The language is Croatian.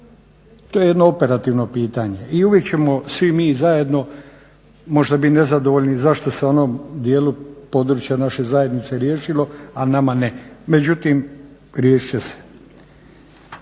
To je jedno operativno pitanje i uvijek ćemo svi mi zajedno možda biti nezadovoljni zašto se u onom dijelu područja naše zajednice riješilo, a nama ne? Međutim, riješit će se.